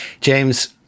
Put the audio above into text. James